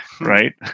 right